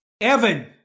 Evan